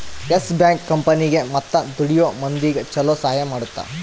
S Bank ಕಂಪನಿಗೇ ಮತ್ತ ದುಡಿಯೋ ಮಂದಿಗ ಚೊಲೊ ಸಹಾಯ ಮಾಡುತ್ತ